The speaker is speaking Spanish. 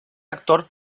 actor